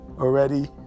already